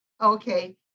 Okay